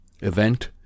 event